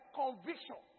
conviction